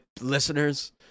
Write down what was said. listeners